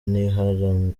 n’imwe